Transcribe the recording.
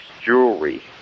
jewelry